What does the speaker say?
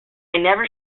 never